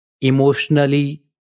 emotionally